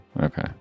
Okay